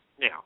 Now